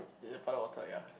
is is it puddle of water ya